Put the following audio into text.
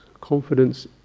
confidence